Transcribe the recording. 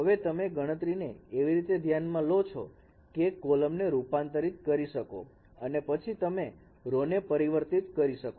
તો હવે તમે ગણતરી ને એવી રીતે ધ્યાનમાં લો કે કોલમને રૂપાંતરિત કરી શકો અને પછી તમે રો ને પરિવર્તન કરી શકો